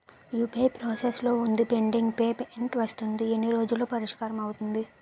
UPI process లో వుంది pending payment వస్తుంది ఎన్ని రోజుల్లో పరిష్కారం అవుతుంది